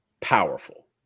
powerful